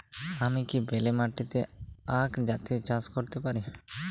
আমি কি বেলে মাটিতে আক জাতীয় চাষ করতে পারি?